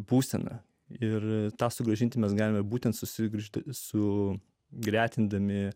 būseną ir tą sugrąžinti mes galime būtent susigrumti su gretindami